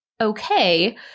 okay